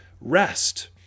rest